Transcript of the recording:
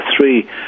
three